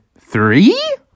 three